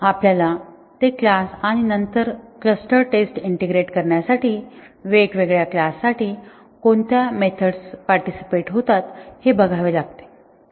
आपल्याला ते क्लास आणि नंतर क्लस्टर टेस्ट इंटिग्रेट करण्यासाठी वेगवेगळ्या क्लास साठी कोणत्या मेथड्स पार्टीसिपेट होतात हे बघावे लागेल